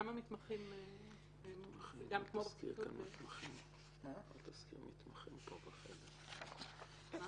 פרקליטי מחוז סעיף 12(א)(1)(ב)